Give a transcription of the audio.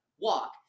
walk